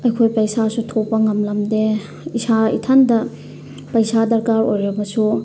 ꯑꯩꯈꯣꯏ ꯄꯩꯁꯥꯁꯨ ꯊꯣꯛꯄ ꯉꯝꯂꯝꯗꯦ ꯏꯁꯥ ꯏꯊꯟꯇ ꯄꯩꯁꯥ ꯗꯔꯀꯥꯔ ꯑꯣꯏꯔꯕꯁꯨ